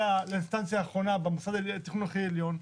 לאינסטנציה האחרונה במשרד התכנון הכי עליון?